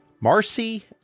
Marcy